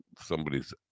somebody's